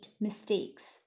mistakes